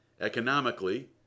economically